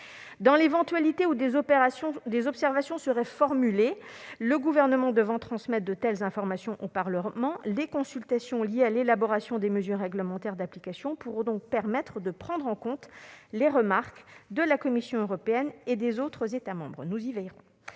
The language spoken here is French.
Dans l'éventualité où des observations seraient formulées, le Gouvernement devant les transmettre au Parlement, les consultations liées à l'élaboration des mesures réglementaires d'application pourront donc permettre de prendre en compte les remarques de la Commission européenne et des autres États membres- nous y veillerons.